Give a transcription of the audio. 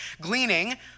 Gleaning